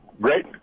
great –